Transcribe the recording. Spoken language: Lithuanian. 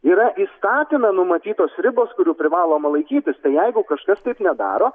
yra įstatyme numatytos ribos kurių privaloma laikytis tai jeigu kažkas taip nedaro